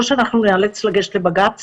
או שאנחנו ניאלץ לגשת לבג"צ